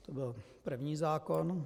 To byl první zákon.